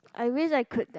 I wish I could that